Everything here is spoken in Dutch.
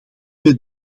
met